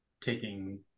taking